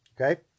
Okay